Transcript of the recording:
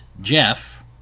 Jeff